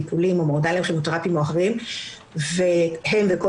טיפולים כימותרפיים או אחרים והם וכל